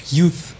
youth